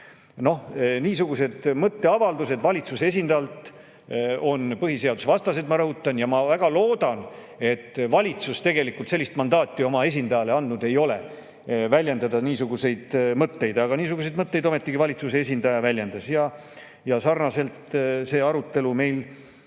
Niisugused mõtteavaldused valitsuse esindajalt on põhiseadusvastased, ma rõhutan. Ma väga loodan, et valitsus tegelikult sellist mandaati oma esindajale andnud ei ole, et väljendada niisuguseid mõtteid. Aga niisuguseid mõtteid ometigi valitsuse esindaja väljendas. Ja sarnaselt see arutelu meil